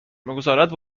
میگذارد